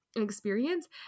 experience